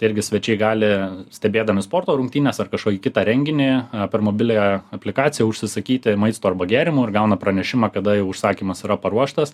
tai irgi svečiai gali stebėdami sporto rungtynes ar kažkokį kitą renginį per mobiliąją aplikaciją užsisakyti maisto arba gėrimų ir gauna pranešimą kada jau užsakymas yra paruoštas